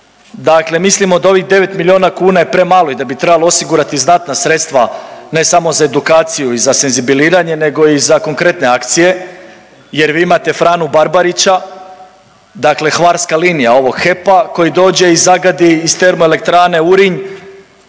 dakle mislimo da ovih devet milijuna kuna je premalo i da bi trebalo osigurati znatna sredstva ne samo za edukaciji i za senzibiliziranje nego i za konkretne akcije jer vi imate Franu Barbarića dakle hvarska linija ovo HEP-a koji dođe i zagadi iz TE Urinj